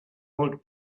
hold